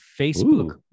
Facebook